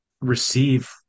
receive